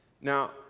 Now